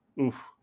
oof